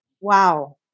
Wow